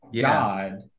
god